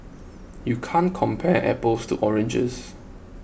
you can't compare apples to oranges